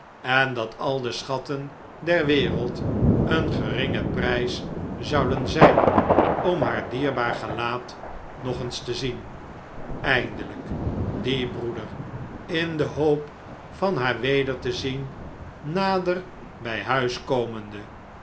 en dat al de schatten der wereld een geringe prijs zouden zijn om haar dierbaar gelaat nog eens te zien eindelijk die broeder in de hoop van haar weder te zien nader bij huis komende